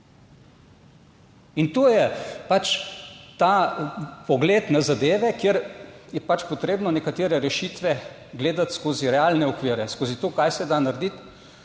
In to je pač ta pogled na zadeve, kjer je pač potrebno nekatere rešitve gledati skozi realne okvire, skozi to, kaj se da narediti